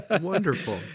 wonderful